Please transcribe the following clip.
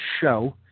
show